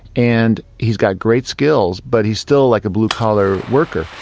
and he's got great skills, but he's still like a blue collar worker.